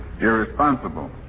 irresponsible